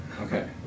Okay